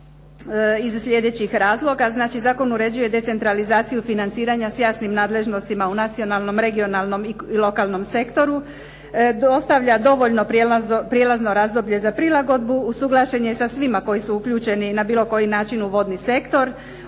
iz sljedećih razloga. Znači zakon uređuje decentralizaciju financiranja s jasnim nadležnostima u nacionalnom, regionalnom i lokalnom sektoru, dostavlja dovoljno prijelazno razdoblje za prilagodbu, usuglašen je sa svima koji su uključeni na bilo koji način u vodni sektor,